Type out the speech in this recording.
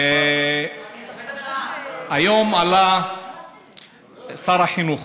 היום עלה שר החינוך